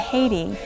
Haiti